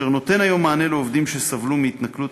אשר נותן היום מענה לעובדים שסבלו מהתנכלות